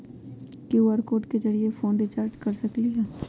QR code के जरिय phone recharge कर सकली ह?